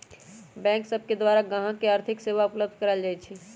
bank सब के द्वारा गाहक के आर्थिक सेवा उपलब्ध कराएल जाइ छइ